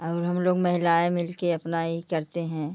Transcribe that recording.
हम लोग महिलाएँ मिल के अपना यही करते हैं